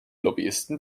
lobbyisten